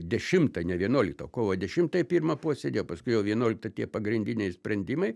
dešimtą ne vienuoliktą kovo dešimtą į pirmą posėdį o paskui jau vienuoliktą tie pagrindiniai sprendimai